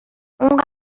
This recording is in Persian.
اون